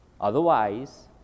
Otherwise